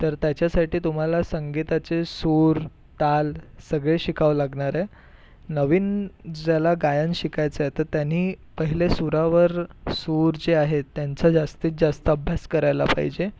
तर त्याच्यासाठी तुम्हाला संगीताचे सूर ताल सगळे शिकावं लागणार आहे नवीन ज्याला गायन शिकायचं आहे तर त्याने पहिले सुरावर सूर जे आहे त्यांचा जास्तीत जास्त अभ्यास करायला पाहिजे